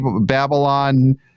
Babylon